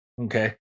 Okay